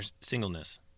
singleness